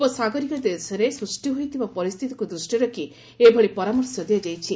ଉପସାଗୀୟ ଦେଶରେ ସୃଷ୍ଟି ହୋଇଥିବା ପରିସ୍ଥିତିକୁ ଦୂଷ୍ଟିରେ ରଖି ଏଭଳି ପରାମର୍ଶ ଦିଆଯାଇଛି